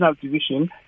division